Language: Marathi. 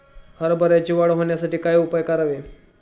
हरभऱ्याची वाढ होण्यासाठी काय उपाय करावे?